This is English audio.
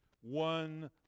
one